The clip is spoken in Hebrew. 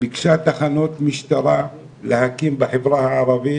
ביקשה להקים תחנות משטרה בחברה הערבית